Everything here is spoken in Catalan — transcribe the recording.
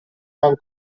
van